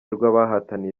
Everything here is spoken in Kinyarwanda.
rw’abahataniye